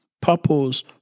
Purpose